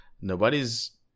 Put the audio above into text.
nobody's